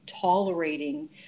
tolerating